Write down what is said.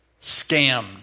Scammed